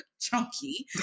chunky